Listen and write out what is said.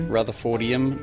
Rutherfordium